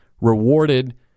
rewarded